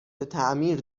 تعمیر